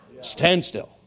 standstill